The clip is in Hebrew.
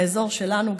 האזור שלנו,